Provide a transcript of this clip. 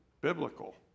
Biblical